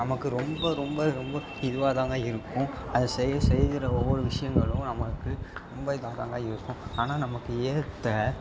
நமக்கு ரொம்ப ரொம்ப ரொம்ப இதுவாக தாங்க இருக்கும் அது செய்ய செய்கிற ஒவ்வொரு விஷயங்களும் நமக்கு ரொம்ப இதாக தாங்க இருக்கும் ஆனால் நமக்கு ஏற்ற